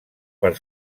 per